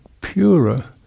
purer